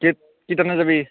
কেইটানে যাবি